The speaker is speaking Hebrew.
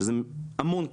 שזה המון כסף.